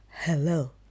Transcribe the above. Hello